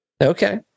Okay